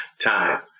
Time